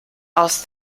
aus